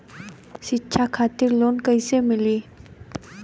शिक्षा खातिर लोन कैसे मिली?